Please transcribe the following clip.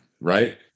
right